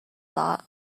thought